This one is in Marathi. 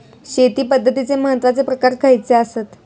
शेती पद्धतीचे महत्वाचे प्रकार खयचे आसत?